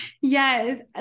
Yes